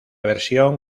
versión